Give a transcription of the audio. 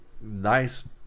nice